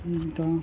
ఇంకా